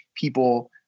people